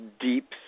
deep